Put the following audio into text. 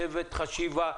צוות חשיבה,